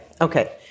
Okay